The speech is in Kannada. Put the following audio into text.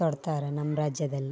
ತೊಡ್ತಾರೆ ನಮ್ಮ ರಾಜ್ಯದಲ್ಲಿ